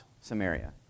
Samaria